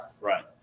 right